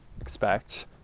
expect